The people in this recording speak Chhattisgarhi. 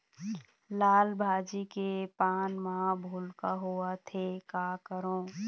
लाल भाजी के पान म भूलका होवथे, का करों?